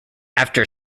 after